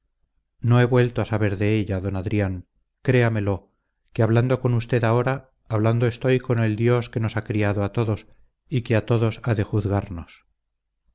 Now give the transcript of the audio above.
no he vuelto a saber de ella d adrián créamelo que hablando con usted ahora hablando estoy con el dios que nos ha criado a todos y que a todos ha de juzgamos